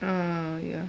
ah ya